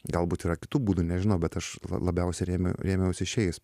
galbūt yra kitų būdu nežinau bet aš la labiausiai rėmė rėmiausi šiais